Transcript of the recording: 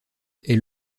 est